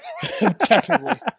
technically